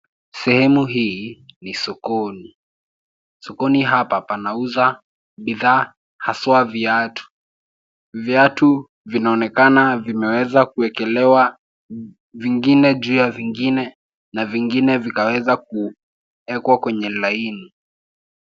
Sehemu hii ni sokoni. Sokoni hapa panauzwa bidhaa haswaa viatu. Viatu vinaonekana vimeweza kuwekelewa vingine juu ya vingine na vingine vikaweza kuwekwa kwenye laini.